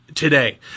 today